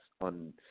on